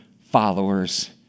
followers